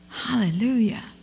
Hallelujah